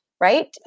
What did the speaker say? right